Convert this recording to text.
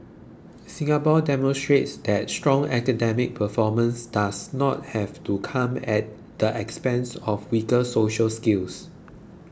Singapore demonstrates that strong academic performance does not have to come at the expense of weaker social skills